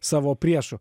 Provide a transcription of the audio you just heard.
savo priešų